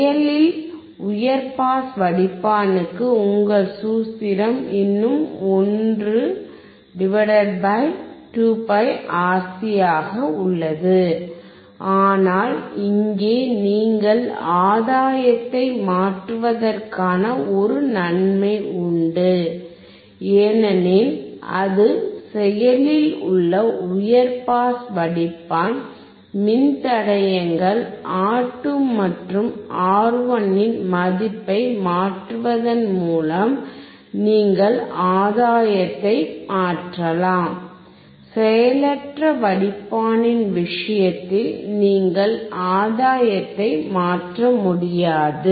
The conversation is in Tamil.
செயலில் உயர் பாஸ் வடிப்பானுக்கு உங்கள் சூத்திரம் இன்னும் 1 2πRC ஆக உள்ளது ஆனால் இங்கே நீங்கள் ஆதாயத்தை மாற்றுவதற்கான ஒரு நன்மை உண்டு ஏனெனில் அது செயலில் உள்ள உயர் பாஸ் வடிப்பான் மின்தடையங்கள் R2 மற்றும் R1 இன் மதிப்பை மாற்றுவதன் மூலம் நீங்கள் ஆதாயத்தை மாற்றலாம் செயலற்ற வடிப்பானின் விஷயத்தில் நீங்கள் ஆதாயத்தை மாற்ற முடியாது